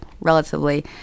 relatively